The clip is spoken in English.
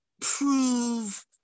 prove